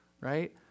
right